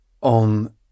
on